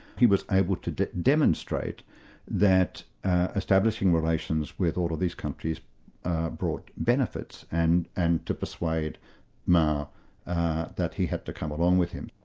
he was able to demonstrate that establishing relations with all of these countries brought benefits, and and to persuade mao that he had to come along with him.